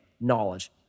knowledge